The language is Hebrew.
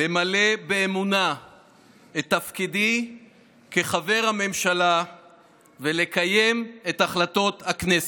למלא באמונה את תפקידי כחבר הממשלה ולקיים את החלטות הכנסת.